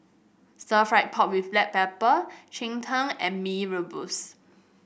Stir Fried Pork with Black Pepper Cheng Tng and Mee Rebus